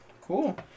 Cool